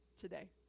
today